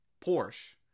Porsche